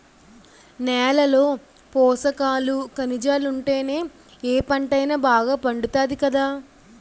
నేలలో పోసకాలు, కనిజాలుంటేనే ఏ పంటైనా బాగా పండుతాది కదా